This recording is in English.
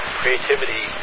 creativity